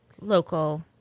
local